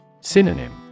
Synonym